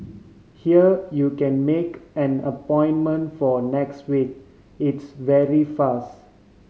here you can make an appointment for next week it's very fast